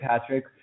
Patrick